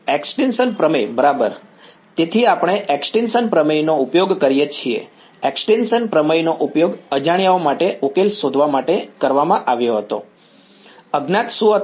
extension પ્રમેય બરાબર તેથી આપણે એક્સ્ટીંશન પ્રમેયનો ઉપયોગ કરીએ છીએ એક્સ્ટીંશન પ્રમેયનો ઉપયોગ અજાણ્યાઓ માટે ઉકેલવા માટે કરવામાં આવ્યો હતો અજ્ઞાત શું હતા